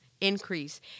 increase